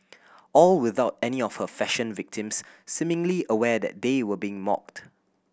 all without any of her fashion victims seemingly aware that they were being mocked